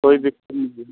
कोई दिक्कत नहीं है